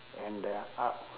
and the up~